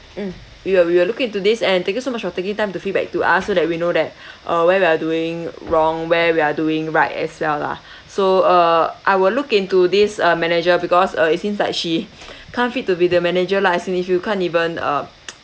mm we will we will look into this and thank you so much for taking time to feedback to us so that we know that uh where we are doing wrong where we are doing right as well lah so err I will look into this uh manager because uh it seems like she can't fit to be the manager lah as in if you can't even uh